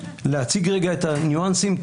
להציג את הניואנסים,